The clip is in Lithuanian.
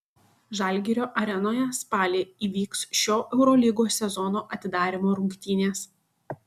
žalgirio arenoje spalį įvyks šio eurolygos sezono atidarymo rungtynės